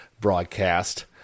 broadcast